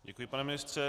Děkuji, pane ministře.